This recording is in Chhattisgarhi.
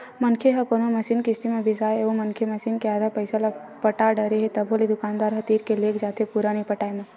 मनखे ह कोनो मसीन किस्ती म बिसाय हे ओ मनखे मसीन के आधा पइसा ल पटा डरे हे तभो ले दुकानदार ह तीर के लेग जाथे पुरा नइ पटाय म